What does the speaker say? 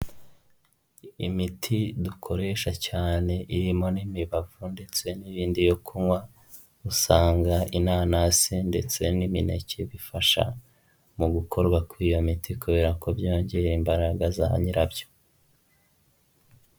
Imiti dukoresha cyane irimo n'imibavu ndetse n'ibindi yo kunywa, usanga inanasi ndetse n'imineke bifasha mu gukorwa kw'iyo miti kubera ko byongeye imbaraga za nyirabyo.